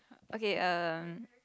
okay err